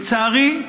לצערי,